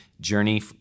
journey